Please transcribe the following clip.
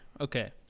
okay